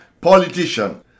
politician